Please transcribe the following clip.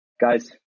guys